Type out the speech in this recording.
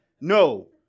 No